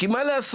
כי מה לעשות?